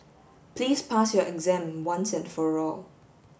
please pass your exam once and for all